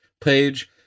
page